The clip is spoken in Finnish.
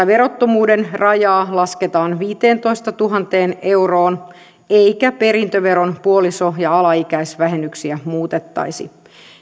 verottomuuden rajaa lasketaan viiteentoistatuhanteen euroon eikä perintöveron puoliso ja alaikäisvähennyksiä muutettaisi